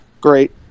great